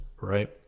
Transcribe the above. right